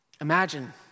Imagine